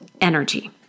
energy